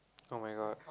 oh-my-god